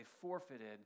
forfeited